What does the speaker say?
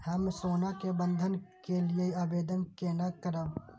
हम सोना के बंधन के लियै आवेदन केना करब?